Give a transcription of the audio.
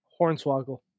Hornswoggle